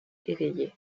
éveillé